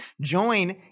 Join